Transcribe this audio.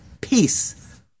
peace